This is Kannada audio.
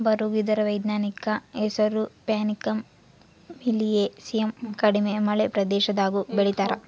ಬರುಗು ಇದರ ವೈಜ್ಞಾನಿಕ ಹೆಸರು ಪ್ಯಾನಿಕಮ್ ಮಿಲಿಯೇಸಿಯಮ್ ಕಡಿಮೆ ಮಳೆ ಪ್ರದೇಶದಾಗೂ ಬೆಳೀತಾರ